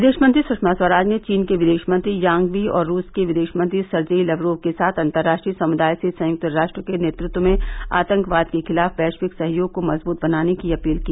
विदेश मंत्री सुषमा स्वराज ने चीन के विदेश मंत्री वांग यी और रूस के विदेशमंत्री सर्जेई लवरोव के साथ अंतर्राष्ट्रीय समुदाय से संयुक्त राष्ट्र के नेतृत्व में आतंकवाद के खिलाफ वैश्विक सहयोग को मजबूत बनाने की अपील की